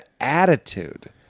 attitude